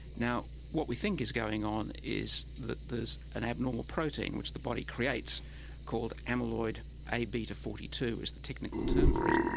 now what we think is going on is that there's an abnormal protein which the body creates called amyloid a beta forty two is the technical name um for it.